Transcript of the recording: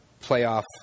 playoff